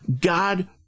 God